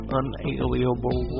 unalienable